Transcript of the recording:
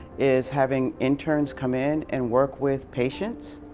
is having interns come in, and work with patients.